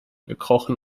gekrochen